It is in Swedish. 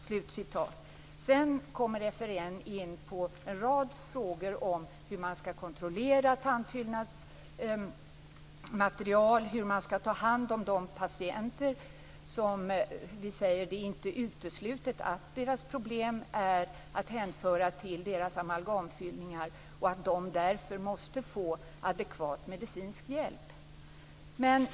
Sedan kommer FRN in på en rad frågor om hur man skall kontrollera tandfyllnadsmaterial, hur man skall ta hand om de patienter där det sägs att det inte är uteslutet att deras problem är att hänföra till deras amalgamfyllningar och att de därför måste få adekvat medicinsk hjälp.